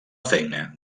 feina